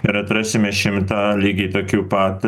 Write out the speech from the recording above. ir atrasime šimtą lygiai tokių pat